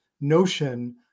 notion